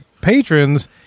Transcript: patrons